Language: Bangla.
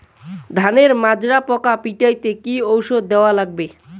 ধানের মাজরা পোকা পিটাইতে কি ওষুধ দেওয়া লাগবে?